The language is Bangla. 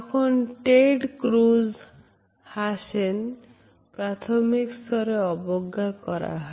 যখন Ted Cruz হাসেন প্রাথমিক স্তরে অবজ্ঞা করা হয়